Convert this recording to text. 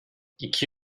i̇ki